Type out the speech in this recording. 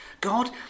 God